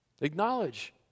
Acknowledge